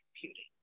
computing